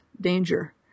danger